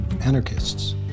anarchists